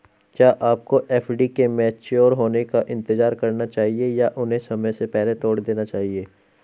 क्या आपको एफ.डी के मैच्योर होने का इंतज़ार करना चाहिए या उन्हें समय से पहले तोड़ देना चाहिए?